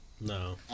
No